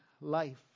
life